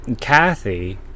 Kathy